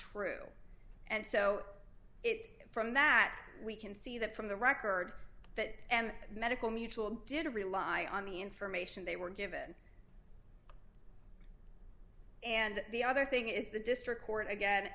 true and so it's from that we can see that from the record that and medical mutual did rely on the information they were given and the other thing is the district court again